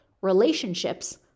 relationships